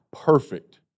perfect